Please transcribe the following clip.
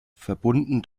verbunden